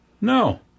no